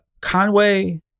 Conway